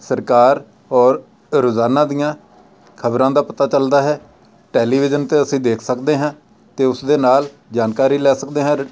ਸਰਕਾਰ ਔਰ ਰੋਜ਼ਾਨਾ ਦੀਆਂ ਖ਼ਬਰਾਂ ਦਾ ਪਤਾ ਚੱਲਦਾ ਹੈ ਟੈਲੀਵਿਜ਼ਨ 'ਤੇ ਅਸੀਂ ਦੇਖ ਸਕਦੇ ਹਾਂ ਅਤੇ ਉਸਦੇ ਨਾਲ ਜਾਣਕਾਰੀ ਲੈ ਸਕਦੇ ਹਾਂ